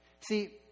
See